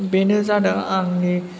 बेनो जादों आंनि